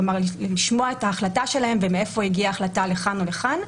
כלומר לשמוע את ההחלטה שלהם ומאיפה הגיעה ההחלטה לכאן או לכאן.